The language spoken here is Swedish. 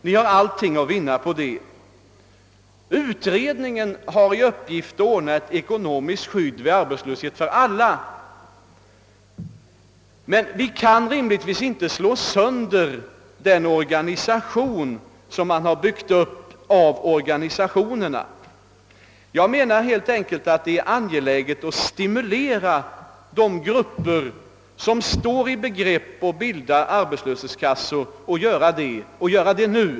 Ni har allt att vinna på det.» Utredningen har i uppgift att ordna ekonomiskt skydd vid arbetslöshet för alla. Men vi kan givetvis inte slå sönder den organisation som har byggts upp av organisationerna. Jag menar helt enkelt att det är angeläget att stimulera de grupper, som står i begrepp att bilda arbetslöshetskassor, att göra det nu.